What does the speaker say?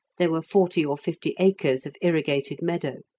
there were forty or fifty acres of irrigated meadow.